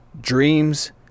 dreams